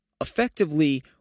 effectively